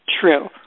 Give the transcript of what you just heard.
true